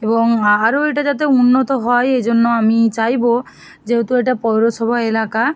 এবং আরো এটা যাতে উন্নত হয় এই জন্য আমি চাইবো যেহেতু এটা পৌরসভা এলাকা